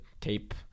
tape